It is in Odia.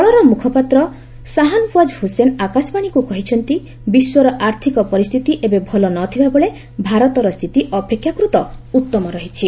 ଦଳର ମୁଖପାତ୍ର ସାହାନଓ୍ୱାଜ ହୁସେନ୍ ଆକାଶବାଣୀକୁ କହିଛନ୍ତି ବିଶ୍ୱର ଆର୍ଥକ ପରିସ୍ଥିତି ଏବେ ଭଲ ନ ଥିବାବେଳେ ଭାରତର ସ୍ଥିତି ଅପେକ୍ଷାକୃତ ଉତ୍ତମ ରହିଛି